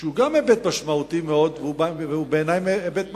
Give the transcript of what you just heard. שהוא גם משמעותי מאוד, ובעיני הוא היבט מכריע: